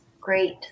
Great